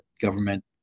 government